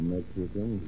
Mexican